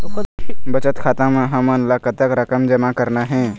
बचत खाता म हमन ला कतक रकम जमा करना हे?